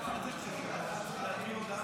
--- אני צריך להקריא הודעה